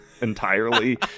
entirely